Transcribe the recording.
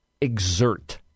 exert